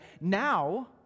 now